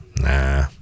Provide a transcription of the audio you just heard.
Nah